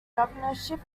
governorship